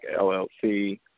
LLC